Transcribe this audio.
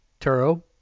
Turo